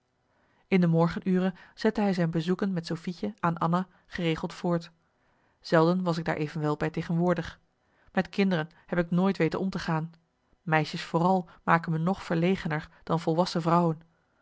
in de morgenuren zette hij zijn bezoeken met sofietje aan anna geregeld voort zelden was ik daar evenwel bij tegenwoordig met kinderen heb ik nooit weten om te gaan meisjes vooral maken me nog verlegener dan volwassen vrouwen